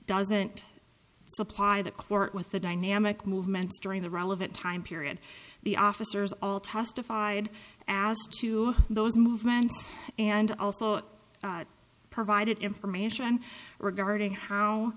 doesn't supply the court with the dynamic movements during the relevant time period the officers all testified as to those movements and also provided information regarding